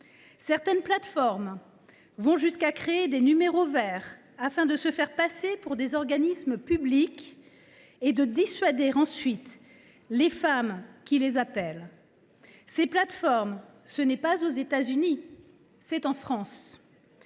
Certaines plateformes vont jusqu’à créer des numéros verts afin de se faire passer pour des organismes publics et dissuader les femmes qui les appellent. Ce n’est pas aux États Unis que ces